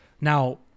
Now